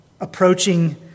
approaching